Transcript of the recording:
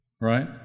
right